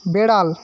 বেড়াল